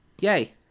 Yay